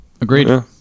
Agreed